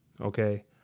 okay